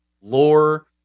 lore